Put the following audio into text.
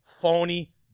phony